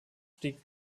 stieg